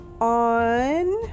on